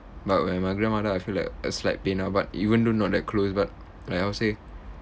but when my grandmother I feel like a slight pain ah but even though not that close but like how to say